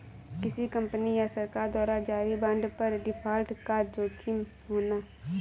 किसी कंपनी या सरकार द्वारा जारी बांड पर डिफ़ॉल्ट का जोखिम होना